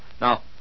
Now